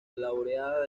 laureada